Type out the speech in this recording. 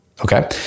Okay